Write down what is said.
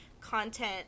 content